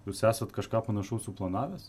jūs esat kažką panašaus suplanavęs